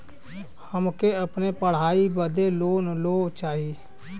हमके अपने पढ़ाई बदे लोन लो चाही?